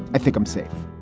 i think i'm safe.